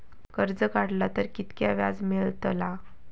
कर्ज काडला तर कीतक्या व्याज मेळतला?